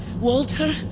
Walter